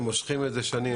הם מושכים את זה שנים,